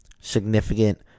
Significant